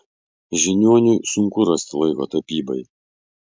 žiniuoniui sunku rasti laiko tapybai